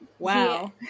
Wow